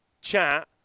chat